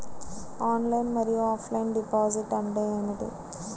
Online మరియు offline deposit అంటే ఏమిటి?